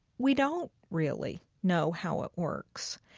we don't really know how it works.